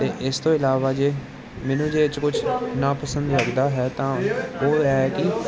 ਅਤੇ ਇਸ ਤੋਂ ਇਲਾਵਾ ਜੇ ਮੈਨੂੰ ਜੇ ਇਹ 'ਚ ਕੁਛ ਨਾ ਪਸੰਦ ਲੱਗਦਾ ਹੈ ਤਾਂ ਉਹ ਹੈ ਕਿ